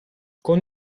con